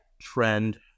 trend